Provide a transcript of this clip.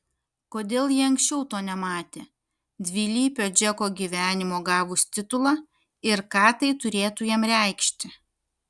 kodėl ji anksčiau to nematė dvilypio džeko gyvenimo gavus titulą ir ką tai turėtų jam reikšti